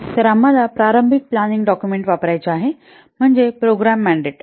तर आम्हाला प्रारंभिक प्लांनिंग डाक्युमेंट वापरायचे आहे म्हणजे प्रोग्राम मँडेट